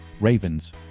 Ravens